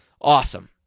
Awesome